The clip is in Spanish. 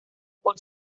por